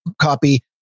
copy